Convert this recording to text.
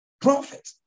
prophet